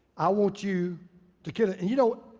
i want you to kill it. and you know,